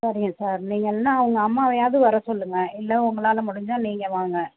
சரிங்க சார் நீங்கள் இல்லைனா அவங்க அம்மாவையாவது வர சொல்லுங்கள் இல்லை உங்களால் முடிஞ்சா நீங்கள் வாங்க